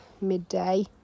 midday